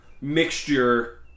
mixture